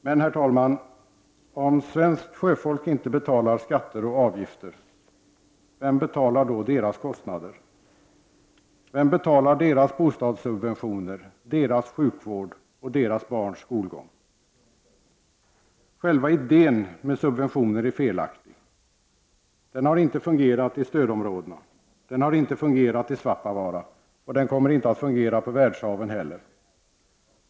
Men, herr talman, om svenskt sjöfolk inte betalar skatter och avgifter, vem betalar då deras kostnader? Vem betalar deras bostadssubventioner, deras sjukvård och deras barns skolgång? Själva idén med subventioner är felaktig. Den har inte fungerat i stödområdena, den har inte fungerat i Svappavaara och den kommer inte att fungera på världshaven heller.